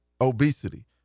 obesity